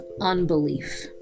unbelief